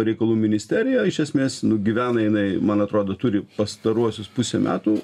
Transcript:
reikalų ministerija iš esmės nu gyvena jinai man atrodo turi pastaruosius pusę metų